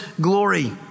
glory